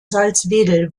salzwedel